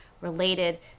related